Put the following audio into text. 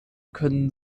können